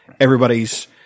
everybody's